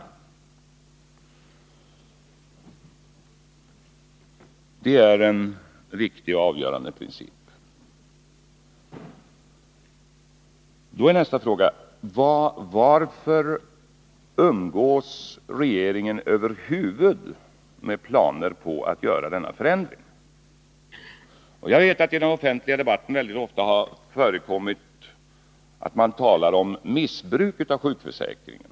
Det är en riktig och avgörande princip. Då är nästa fråga: Varför umgås regeringen över huvud med planer på att göra denna förändring? Jag vet att det i den offentliga debatten ofta talas om missbruk av sjukförsäkringen.